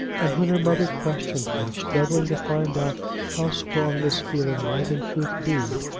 and when her mother questioned her, struggling to find out how strong this feeling might in truth be,